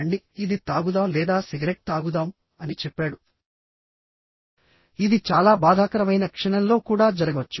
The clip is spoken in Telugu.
రండి ఇది తాగుదాం లేదా సిగరెట్ తాగుదాం అని చెప్పాడు ఇది చాలా బాధాకరమైన క్షణంలో కూడా జరగవచ్చు